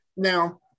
Now